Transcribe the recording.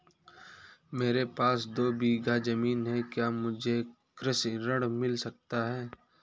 मेरे पास दो बीघा ज़मीन है क्या मुझे कृषि ऋण मिल सकता है?